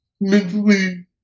mentally